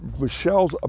Michelle's